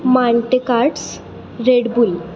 मांटेकाट्स Red Bull